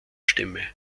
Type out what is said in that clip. stimme